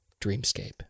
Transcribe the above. Dreamscape